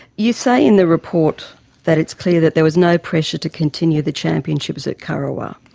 you say in the report that it's clear that there was no pressure to continue the championships at kurrawa.